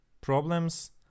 problems